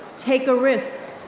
take a risk,